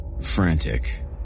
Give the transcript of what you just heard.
frantic